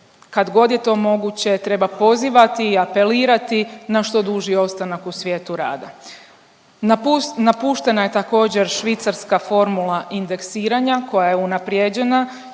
kad god je to moguće treba pozivati i apelirati na što duži ostanak u svijetu rada. Napuštena je također švicarska formula indeksiranja koja je unaprijeđena